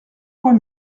trois